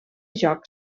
joc